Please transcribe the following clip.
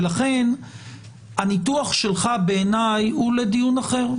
ולכן הניתוח שלך, בעיניי, הוא לדיון אחר.